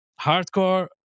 hardcore